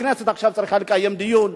הכנסת עכשיו צריכה לקיים דיון.